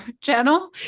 channel